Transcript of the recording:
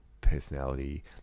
personality